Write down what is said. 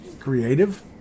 creative